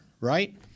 right